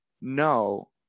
no